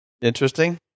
Interesting